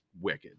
wicked